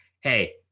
hey